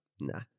nah